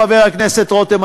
חבר הכנסת רותם,